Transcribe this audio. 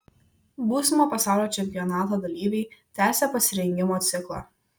būsimo pasaulio čempionato dalyviai tęsią pasirengimo ciklą